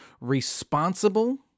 responsible